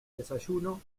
desayuno